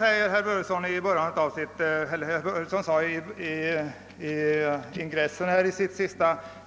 I ingressen till